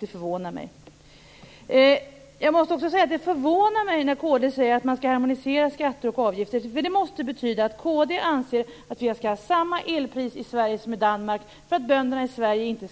Det förvånar mig. Det förvånar mig också att kd säger att man skall harmonisera skatter och avgifter. Det måste betyda att kd anser att vi skall ha samma elpris i Sverige som i Danmark för att bönderna i Sverige inte